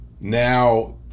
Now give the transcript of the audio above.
now